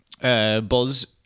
buzz